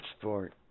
sport